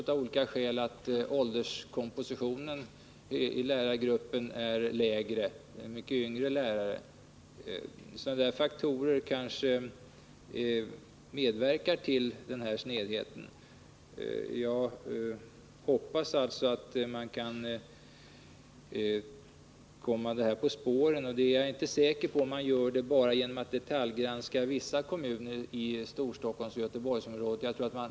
Man vet också att ålderssammansättningen i lärargruppen är en annan: det är mycket yngre lärare där. Sådana faktorer kanske medverkar till en snedhet. Jag hoppas alltså att man kan komma orsakerna på spåren. Jag är inte säker på att man gör det bara genom att detaljgranska vissa kommuner i Storstockholmsoch Göteborgsområdena.